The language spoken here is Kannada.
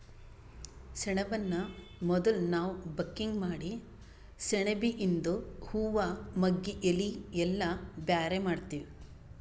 ಸೆಣಬನ್ನ ಮೊದುಲ್ ನಾವ್ ಬಕಿಂಗ್ ಮಾಡಿ ಸೆಣಬಿಯಿಂದು ಹೂವಾ ಮಗ್ಗಿ ಎಲಿ ಎಲ್ಲಾ ಬ್ಯಾರೆ ಮಾಡ್ತೀವಿ